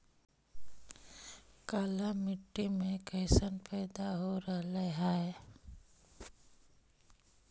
काला मिट्टी मे कैसन पैदा हो रहले है?